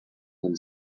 when